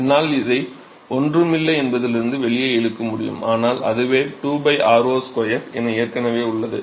என்னால் இதை ஒன்றும் இல்லை என்பதிலிருந்து வெளியே இழுக்க முடியும் ஆனால் அதுவே 2 r0 2 என ஏற்கனவே உள்ளது